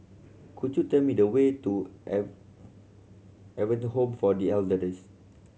could you tell me the way to Adventist Home for The Elders